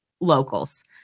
locals